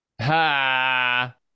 ha